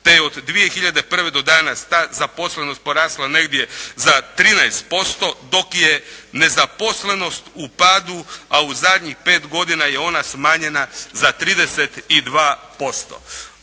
je od 2001. do danas ta zaposlenost porasla negdje za 13% dok je nezaposlenost u padu, a u zadnjih pet godina je ona smanjena za 32%.